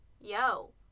yo